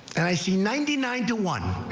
and i see ninety nine to one.